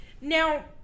Now